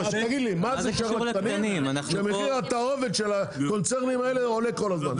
מה זה שייך לקטנים שמחיר התערובת של הקונצרנים האלה עולה כל הזמן?